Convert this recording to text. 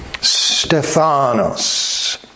Stephanos